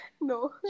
No